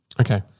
okay